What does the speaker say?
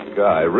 guy